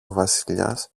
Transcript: βασιλιάς